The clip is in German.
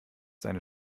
seine